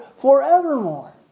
forevermore